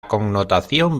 connotación